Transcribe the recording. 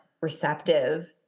receptive